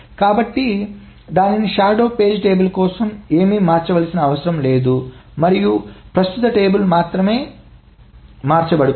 కాబట్టి దాని అర్థం షాడో పేజీ టేబుల్ కోసం ఏమీ మార్చాల్సిన అవసరం లేదు మరియు ప్రస్తుత పేజీ టేబుల్ మాత్రమే మార్చబడుతోంది